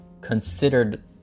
considered